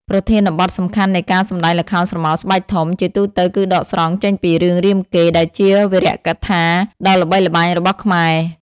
ប្រធានបទសំខាន់នៃការសម្តែងល្ខោនស្រមោលស្បែកធំ ជាទូទៅគឺដកស្រង់ចេញពី រឿងរាមកេរ្តិ៍ ដែលជាវីរកថាដ៏ល្បីល្បាញរបស់ខ្មែរ។